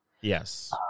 Yes